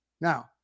Now